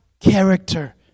character